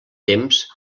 temps